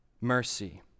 mercy